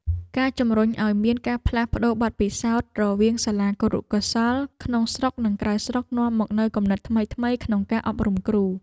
ការជំរុញឱ្យមានការផ្លាស់ប្តូរបទពិសោធន៍រវាងសាលាគរុកោសល្យក្នុងស្រុកនិងក្រៅស្រុកនាំមកនូវគំនិតថ្មីៗក្នុងការអប់រំគ្រូ។